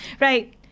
Right